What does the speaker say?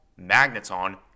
Magneton